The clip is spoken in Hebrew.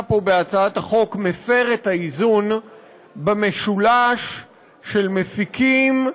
פה בהצעת החוק מפר את האיזון במשולש של מפיקים,